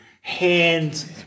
hands